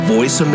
Voice